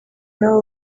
n’abo